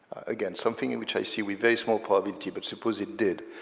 again something and which i see with very small probability, but suppose it did,